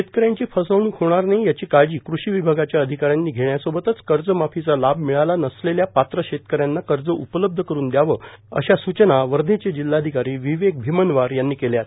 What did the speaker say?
शेतकऱ्यांची फसवणूक होणार नाही याची काळजी कृषी विभागाच्या अधिकाऱ्यांनी घेण्यासोबतच कर्जमाफीचा लाभ मिळाला नसलेल्या पात्र शेतकऱ्यांना कर्ज उपलब्ध करुन द्यावे अशा सूचना वर्ध्याचे जिल्हाधिकारी विवेक भिमनवार यांनी केल्यात